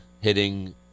hitting